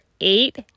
eight